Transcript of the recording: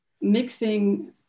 mixing